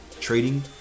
trading